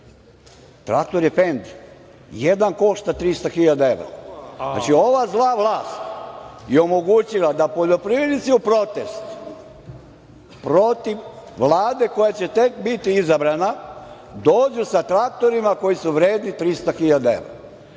Traktor je „Fendt“, jedan košta 300.000 evra. Znači, ova zla vlast je omogućila da poljoprivrednici u protest protiv Vlade koja će tek biti izabrana dođu sa traktorima koji su vredni 300.000 evra.